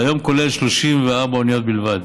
והיום הוא כולל 34 אוניות בלבד.